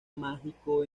mágico